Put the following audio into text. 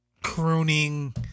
Crooning